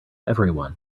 everyone